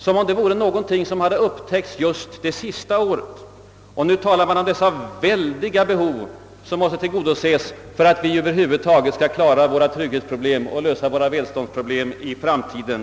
Nu för han fram de »väldiga behov» som måste tillgodoses för att vi över huvud taget skall kunna klara våra trygghetsfrågor och lösa våra välståndsproblem i framtiden.